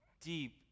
deep